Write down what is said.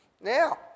Now